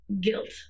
Guilt